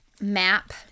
map